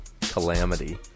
Calamity